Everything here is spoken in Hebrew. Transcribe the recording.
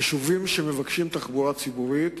יישובים שמבקשים תחבורה ציבורית,